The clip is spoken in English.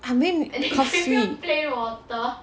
I mean coffee